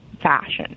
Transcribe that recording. fashion